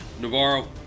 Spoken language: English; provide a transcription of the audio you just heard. Navarro